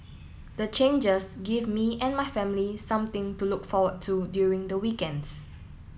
the changes give me and my family something to look forward to during the weekends